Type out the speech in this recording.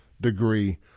degree